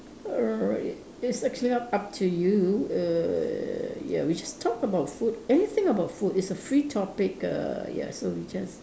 alright it's actually up to you ya we just talk about food anything about food it's a free topic err ya so we just